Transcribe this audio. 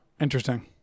Interesting